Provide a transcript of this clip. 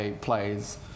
plays